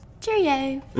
cheerio